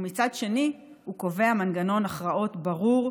ומצד שני הוא קובע מנגנון הכרעות ברור,